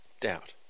doubt